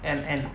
and and